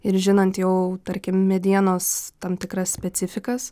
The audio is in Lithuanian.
ir žinant jau tarkim medienos tam tikras specifikas